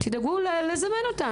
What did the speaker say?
תדאגו לזמן אותן,